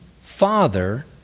Father